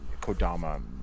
Kodama